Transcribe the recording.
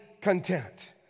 content